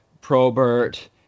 Probert